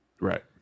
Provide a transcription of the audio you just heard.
Right